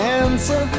answer